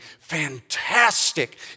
fantastic